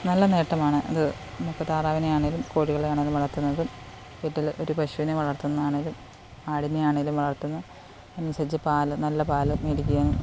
നല്ല നേട്ടമാണ് അത് നമുക്ക് താറാവിനെ ആണെങ്കിലും കോഴികളെ ആണെങ്കിലും വളർത്തുന്നത് വീട്ടിൽ ഒരു പശുവിനെ വളർത്തുന്നതാണെങ്കിലും ആടിനെ ആണെങ്കിലും വളർത്തുന്ന അതനുസരിച്ച് പാൽ നല്ല പാൽ മേടിക്കാനും